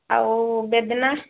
ଆଉ ବେଦନା